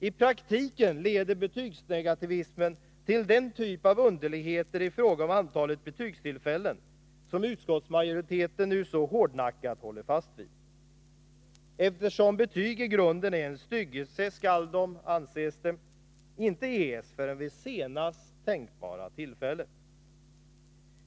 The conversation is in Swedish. I praktiken leder betygsnegativismen till den typ av underligheter i fråga om antalet betygstillfällen som utskottsmajoriteten nu så hårdnackat håller fast vid. Eftersom betyg i grunden är en styggelse skall de, anses det, inte ges förrän vid senast tänkbara tillfälle.